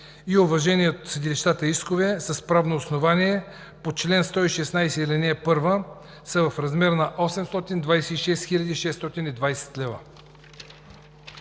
и уважени от съдилищата искове с правно основание по чл. 116, ал. 1 са в размер на 826 хил.